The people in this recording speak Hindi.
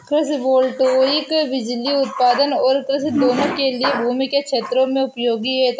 कृषि वोल्टेइक बिजली उत्पादन और कृषि दोनों के लिए भूमि के क्षेत्रों में उपयोगी है